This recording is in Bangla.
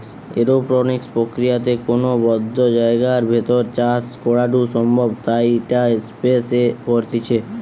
এরওপনিক্স প্রক্রিয়াতে কোনো বদ্ধ জায়গার ভেতর চাষ করাঢু সম্ভব তাই ইটা স্পেস এ করতিছে